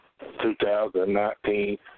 2019